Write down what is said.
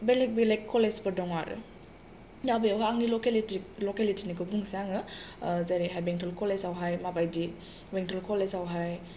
गोबां बेलेग बेलेग कलेजफोर दङ आरो दा बेवहाय आंनि लकेल लकेलिटिनिखौ बुंनिसै आङो ओ जेरैहाय बेंटल कलेजावहाय माबादि बेंटल कलेजावहाय